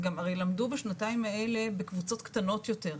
הרי למדו בשנתיים האלה בקבוצות קטנות יותר,